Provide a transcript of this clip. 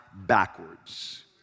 backwards